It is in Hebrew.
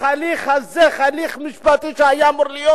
בהליך הזה, הליך משפטי שהיה אמור להיות,